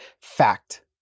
fact